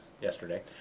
yesterday